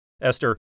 Esther